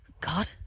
God